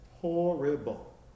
Horrible